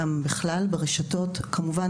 גם ברשתות החברתיות ובכלל,